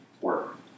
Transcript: work